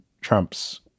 Trump's